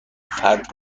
فرد